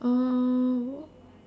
um what